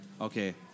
Okay